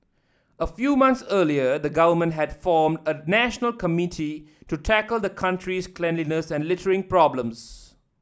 a few months earlier the government had formed a national committee to tackle the country's cleanliness and littering problem